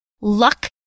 Luck